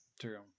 True